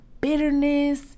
bitterness